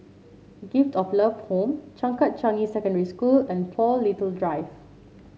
Gift of Love Home Changkat Changi Secondary School and Paul Little Drive